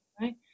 right